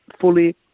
fully